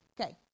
Okay